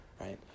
right